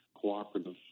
cooperative